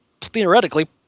theoretically